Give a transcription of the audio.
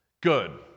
Good